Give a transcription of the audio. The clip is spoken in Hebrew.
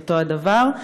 אותו הדבר.